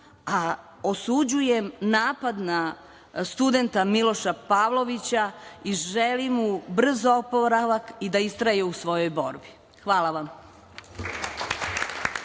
Kočanima. Osuđujem napad na studenta Miloša Pavlovića i želim mu brz oporavak i da istraje u svojoj borbi. Hvala vam.